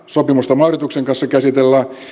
sopimusta mauritiuksen kanssa käsitellään